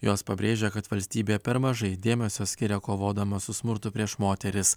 jos pabrėžia kad valstybė per mažai dėmesio skiria kovodama su smurtu prieš moteris